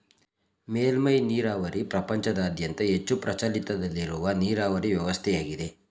ಮೇಲ್ಮೆ ನೀರಾವರಿ ಪ್ರಪಂಚದಾದ್ಯಂತ ಹೆಚ್ಚು ಪ್ರಚಲಿತದಲ್ಲಿರುವ ನೀರಾವರಿ ವ್ಯವಸ್ಥೆಯಾಗಿದೆ